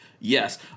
Yes